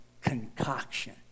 concoction